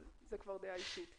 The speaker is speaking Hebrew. אבל זו כבר דעה אישית.